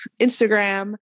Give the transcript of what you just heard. Instagram